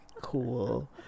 cool